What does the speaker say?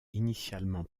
initialement